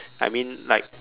I mean like